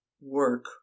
work